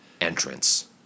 entrance